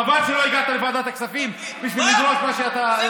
חבל שלא הגעת לוועדת הכספים בשביל לקרוא את מה שאתה,